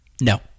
No